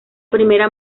primera